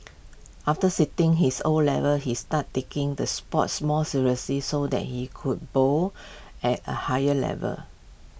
after sitting his O levels he started taking the sports more seriously so that he could bowl at A higher level